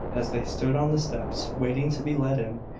as they stood on the steps, waiting to be let in,